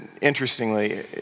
interestingly